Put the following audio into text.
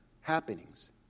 happenings